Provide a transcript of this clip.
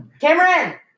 Cameron